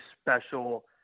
special